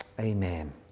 Amen